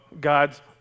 God's